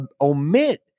omit